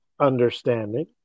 understanding